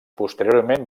posteriorment